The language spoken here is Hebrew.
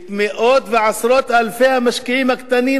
את מאות ועשרות אלפי המשקיעים הקטנים,